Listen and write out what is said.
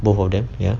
both of them ya